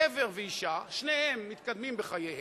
גבר ואשה, שניהם מתקדמים בחייהם,